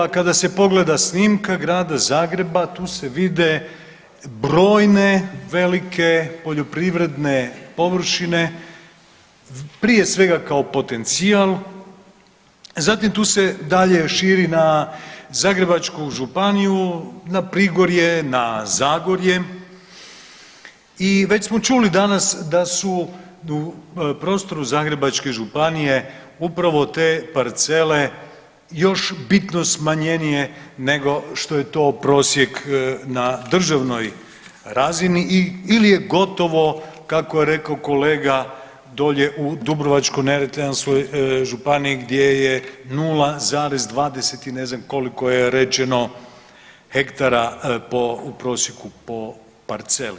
Kada se pogleda snimka Grada Zagreba tu se vide brojne velike poljoprivredne površine, prije svega kao potencijal, zatim tu se dalje širi na Zagrebačku županiju, na Prigorje, na Zagorje i već smo čuli danas da su prostori Zagrebačke županije upravo te parcele još bitno smanjenije nego što je to prosjek na državnoj razini i/ili je gotovo kako je rekao kolega dolje u Dubrovačko-neretvanskoj županiji gdje je 0,20 i ne znam koliko je rečeno hektara po, u prosjeku po parceli.